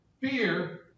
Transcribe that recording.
fear